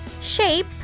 shape